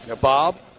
Bob